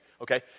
okay